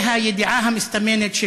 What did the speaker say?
והידיעה המסתמנת,